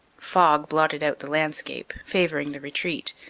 fog blotted out the landscape, favoring the retreat.